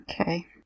Okay